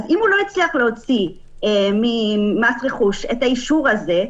אם הוא לא הצליח להוציא ממס רכוש את האישור הזה,